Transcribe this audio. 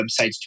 websites